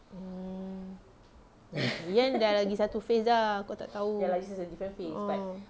hmm ian dah lagi satu phase dah kau tak tahu oh